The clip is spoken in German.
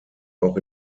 auch